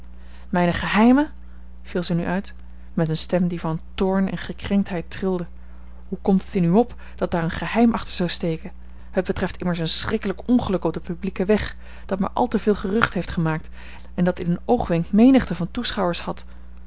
mijne geheimen viel zij nu uit met eene stem die van toorn en gekrenktheid trilde hoe komt het in u op dat daar een geheim achter zou steken het betreft immers een schrikkelijk ongeluk op den publieken weg dat maar al te veel gerucht heeft gemaakt en dat in een oogwenk menigte van toeschouwers had